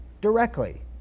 directly